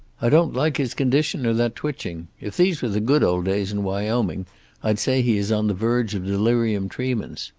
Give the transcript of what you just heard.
i don't like his condition, or that twitching. if these were the good old days in wyoming i'd say he is on the verge of delirium tremens.